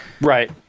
Right